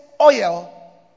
oil